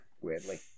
weirdly